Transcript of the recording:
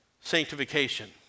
sanctification